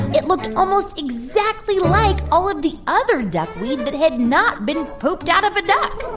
it looked almost exactly like all of the other duckweed that had not been popped out of a duck